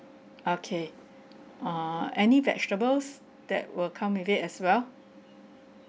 okay err any vegetables that will come with it as well